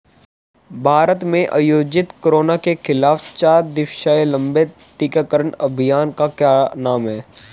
भारत में आयोजित कोरोना के खिलाफ चार दिवसीय लंबे टीकाकरण अभियान का क्या नाम है?